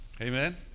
Amen